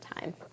time